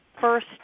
first